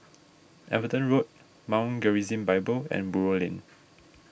Everton Road Mount Gerizim Bible and Buroh Lane